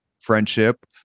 friendship